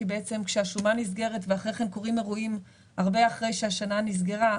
כי בעצם כשהשומה נסגרת ואחרי כן קורים אירועים הרבה אחרי שהשנה נסגרה,